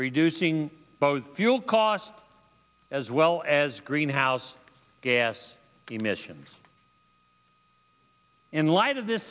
reducing both fuel costs as well as greenhouse gas emissions in light of this